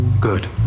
Good